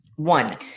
One